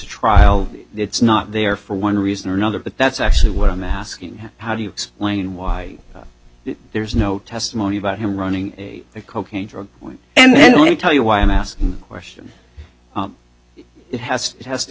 trial it's not there for one reason or another but that's actually what i'm asking how do you explain why there's no testimony about him running cocaine and let me tell you why i'm asking a question it has it has to